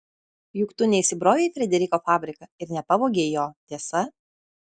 juk tu neįsibrovei į frederiko fabriką ir nepavogei jo tiesa